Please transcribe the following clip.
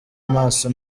amaso